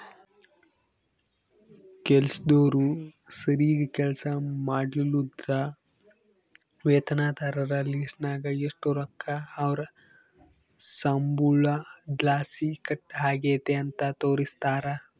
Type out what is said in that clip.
ಕೆಲಸ್ದೋರು ಸರೀಗ್ ಕೆಲ್ಸ ಮಾಡ್ಲಿಲ್ಲುದ್ರ ವೇತನದಾರರ ಲಿಸ್ಟ್ನಾಗ ಎಷು ರೊಕ್ಕ ಅವ್ರ್ ಸಂಬಳುದ್ಲಾಸಿ ಕಟ್ ಆಗೆತೆ ಅಂತ ತೋರಿಸ್ತಾರ